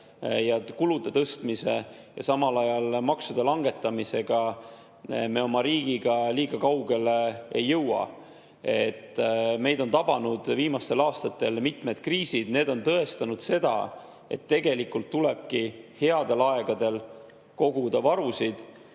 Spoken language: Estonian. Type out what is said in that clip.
kulude tõstmise ja samal ajal maksude langetamisega me oma riigiga kaugele ei jõua. Meid on viimastel aastatel tabanud mitmed kriisid. Need on tõestanud, et tegelikult tulebki headel aegadel koguda varusid,